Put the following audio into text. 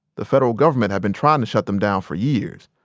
the federal government had been trying to shut them down for years.